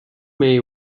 may